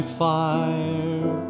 fire